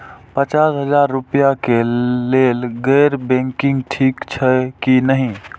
पचास हजार रुपए के लेल गैर बैंकिंग ठिक छै कि नहिं?